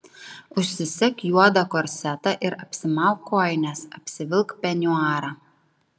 užsisek juodą korsetą ir apsimauk kojines apsivilk peniuarą